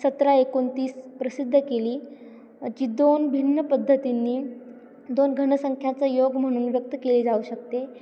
सतरा एकोणतीस प्रसिद्ध केली जी दोन भिन्न पद्धतींनी दोन घनसंख्याचा योग म्हणून व्यक्त केली जाऊ शकते